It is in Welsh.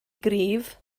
gryf